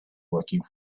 working